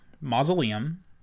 Mausoleum